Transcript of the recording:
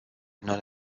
non